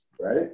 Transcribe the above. right